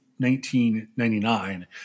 1999